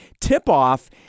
Tip-off